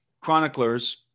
chroniclers